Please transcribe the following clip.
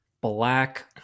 Black